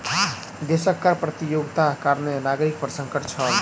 देशक कर प्रतियोगिताक कारणें नागरिक पर संकट छल